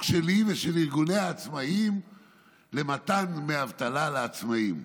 שלי ושל ארגוני העצמאים למתן דמי אבטלה לעצמאים.